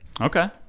Okay